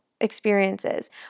experiences